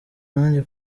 nanjye